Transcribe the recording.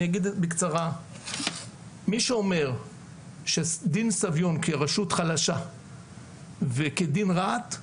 אני אגיד בקצרה שמי שאומר שדין סביון כרשות חלשה וכדין רהט,